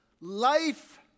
Life